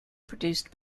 produced